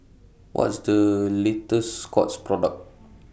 What IS The latest Scott's Product